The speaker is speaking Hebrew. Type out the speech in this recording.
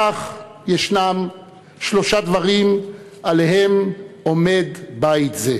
כך, ישנם שלושה דברים שעליהם עומד הבית הזה: